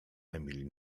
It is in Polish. emil